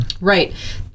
right